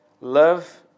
love